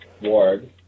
Ward